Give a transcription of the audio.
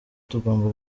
tugomba